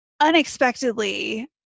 unexpectedly